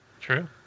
True